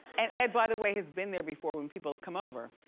and ed, by the way, has been there before when people have come over.